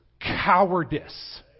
cowardice